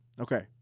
Okay